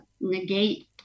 negate